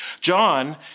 John